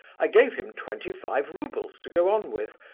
i gave him twenty-five roubles to go on with,